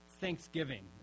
thanksgiving